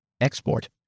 Export